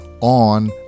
on